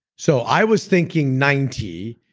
so i was thinking ninety.